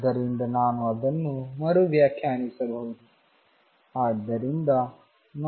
ಆದ್ದರಿಂದ ನಾನು ಅದನ್ನು ಮರು ವ್ಯಾಖ್ಯಾನಿಸಬಹುದು